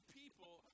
people